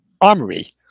armory